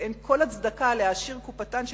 ואין כל הצדקה להעשיר קופתן של